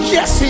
Yes